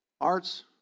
arts